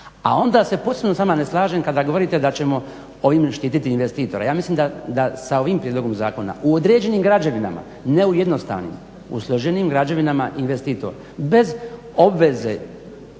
A onda se posebno s vama ne slažem kada govorite da ćemo ovime štiti investitore, ja mislim da s ovim prijedlogom zakona u određenim građevinama ne u jednostavnim, u složenim građevinama investitor bez obveze